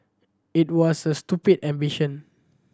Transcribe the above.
it was a stupid ambition